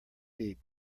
deep